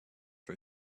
for